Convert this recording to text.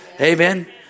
Amen